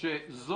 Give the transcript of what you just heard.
אז הינה,